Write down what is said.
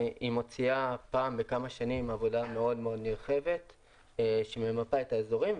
היא מוציאה פעם בכמה שנים עבודה נרחבת מאוד שממפה את האזורים,